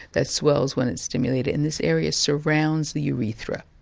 that swells when it's stimulated, and this area surrounds the urethra.